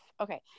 okay